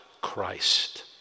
Christ